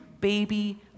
baby